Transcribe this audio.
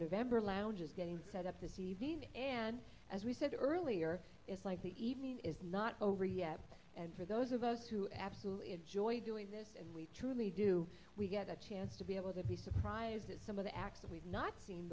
vendor lounge is getting set up the cv and as we said earlier it's like the evening is not over yet and for those of us who absolutely enjoy doing this and we truly do we get a chance to be able to be surprised at some of the acts that we've not seen